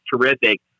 terrific